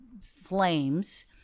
flames